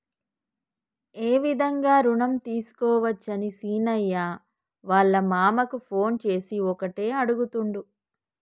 ఏ విధంగా రుణం తీసుకోవచ్చని సీనయ్య వాళ్ళ మామ కు ఫోన్ చేసి ఒకటే అడుగుతుండు